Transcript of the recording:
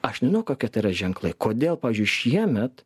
aš nežinau kokie tai yra ženklai kodėl pavyzdžiui šiemet